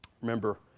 remember